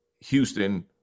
Houston